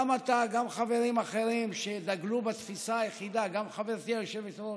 גם אתה, גם חברים אחרים, וגם חברתי היושבת-ראש,